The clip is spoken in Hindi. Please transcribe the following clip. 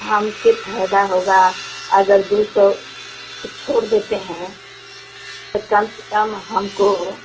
हम किर फ़ायदा होगा अगर दो सौ छोड़ देते हैं कम से कम हमको